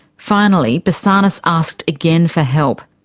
finally, basarnas asked again for help.